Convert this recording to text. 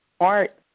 art